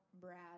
Brad